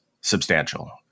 substantial